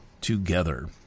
together